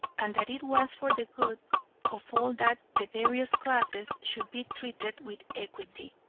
and that it was for the good of all that the various classes should be treated with equity.